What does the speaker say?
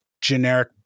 generic